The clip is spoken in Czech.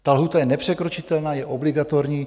Ta lhůta je nepřekročitelná, je obligatorní.